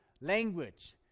language